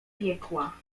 piekła